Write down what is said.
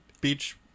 Beach